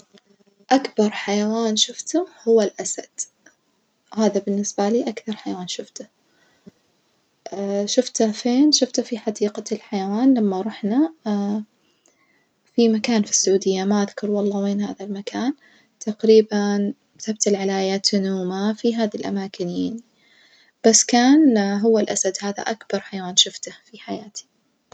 أكبر حيوان شوفته هو الأسد هذا بالنسبة لي هو أكبر حيوان شوفته، شوفته فين؟ شوفته في حديقة الحيوان لما روحنا في مكان في السعودية ما أذكر والله وين هذا المكان تقريبًا سبت العلاية تنومة في هذي الأماكن إي بس كان هو الأسد هذا أكبر حيوان شوفته في حياتي.